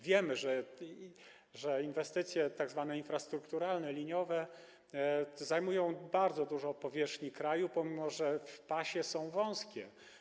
Wiemy, że inwestycje tzw. infrastrukturalne, liniowe zajmują bardzo dużą powierzchnię kraju, mimo że w pasie są wąskie.